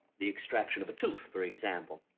the extraction of a tooth, for example.